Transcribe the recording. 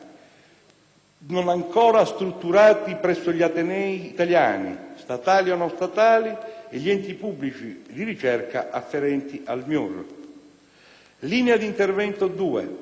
non ancora strutturati presso gli atenei italiani, statali o non statali, e gli enti pubblici di ricerca afferenti al MIUR; per la linea d'intervento 2,